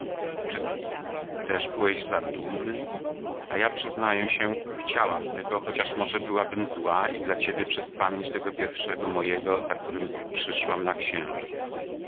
czy też byłeś za dumny a ja przyznaję się chciałam tego chociaż może byłabym zła i dla ciebie przez pamięć tego pierwszego mojego za którym przyszłam na księżyc